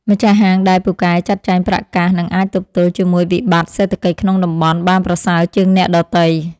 ម្ចាស់ហាងដែលពូកែចាត់ចែងប្រាក់កាសនឹងអាចទប់ទល់ជាមួយវិបត្តិសេដ្ឋកិច្ចក្នុងតំបន់បានប្រសើរជាងអ្នកដទៃ។